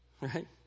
Right